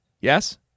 Yes